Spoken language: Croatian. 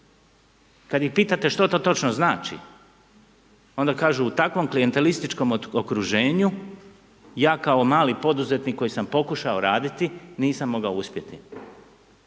Kad ih pitate što to točno znači, onda kažu u takvom klijentelističkom okruženju ja kao mali poduzetnik koji sam pokušao raditi nisam mogao uspjeti